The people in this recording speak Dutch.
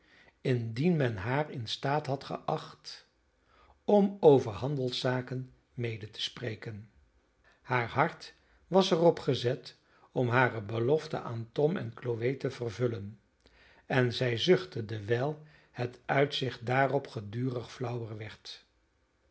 indien men haar in staat had geacht om over handelszaken mede te spreken haar hart was er op gezet om hare belofte aan tom en chloe te vervullen en zij zuchtte dewijl het uitzicht daarop gedurig flauwer